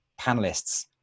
panelists